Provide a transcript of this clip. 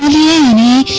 e